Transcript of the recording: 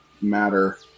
matter